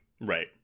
Right